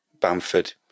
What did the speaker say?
Bamford